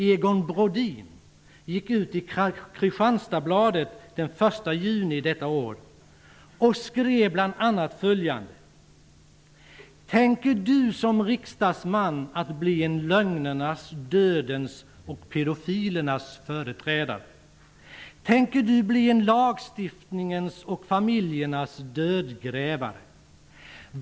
En icke okänd kds-politiker i följande: Tänker du som riksdagsman att bli en lögnernas, dödens och pedofilernas företrädare? Tänker du bli en lagstiftningens och familjernas dödgrävare?